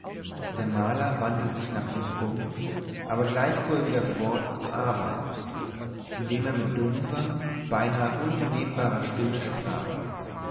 der maler wandte sich nach uns um aber gleich fuhr er wieder fort zu arbeiten indem er mit dumpfer beinahe unvernehmbarer stimme sprach